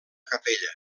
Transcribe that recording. capella